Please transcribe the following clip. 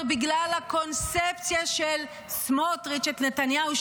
בגלל הקונספציה של סמוטריץ' את נתניהו,